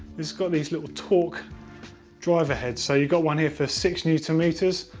it's got these little torque driver heads. so you've got one here for six newton metres.